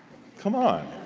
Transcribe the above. come on.